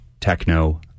techno